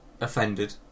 offended